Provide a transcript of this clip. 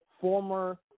Former